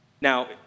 Now